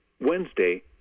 Wednesday